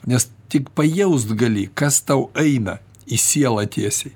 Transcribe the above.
nes tik pajaust gali kas tau eina į sielą tiesiai